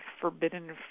forbidden